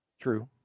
True